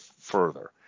further